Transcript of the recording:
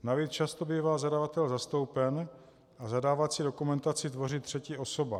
Navíc často bývá zadavatel zastoupen a zadávací dokumentaci tvoří třetí osoba.